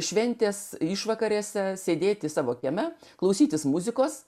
šventės išvakarėse sėdėti savo kieme klausytis muzikos